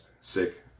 sick